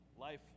life